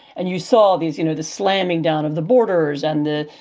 and you saw these, you know, the slamming down of the borders and the,